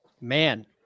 man